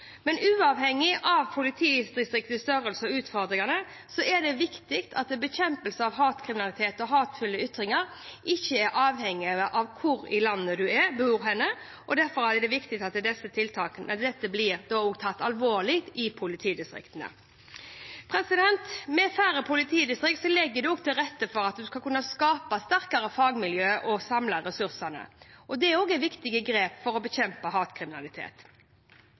er det viktig at bekjempelse av hatkriminalitet og hatefulle ytringer ikke er avhengig av hvor i landet man bor. Derfor er det viktig at dette blir tatt alvorlig i politidistriktene. Med færre politidistrikt legger man til rette for at man skal kunne skape sterkere fagmiljøer og samle ressursene. Det er også viktige grep for å bekjempe hatkriminalitet.